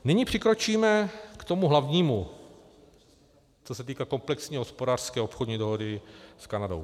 Nyní přikročíme k tomu hlavnímu, co se týká komplexní hospodářské a obchodní dohody s Kanadou.